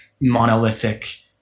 monolithic